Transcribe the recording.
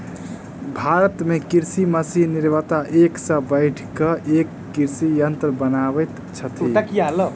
भारत मे कृषि मशीन निर्माता एक सॅ बढ़ि क एक कृषि यंत्र बनबैत छथि